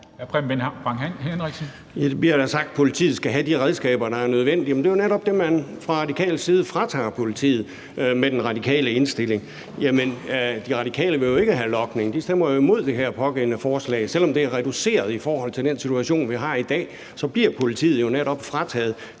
Nu bliver der sagt, at politiet skal have de redskaber, der er nødvendige, men det er jo netop det, man fra radikal side fratager politiet med den radikale indstilling. De Radikale vil jo ikke have logning – de stemmer imod det her forslag, selv om det er reduceret. I forhold til den situation, vi har i dag, så bliver politiet jo netop frataget